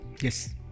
Yes